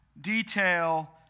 detail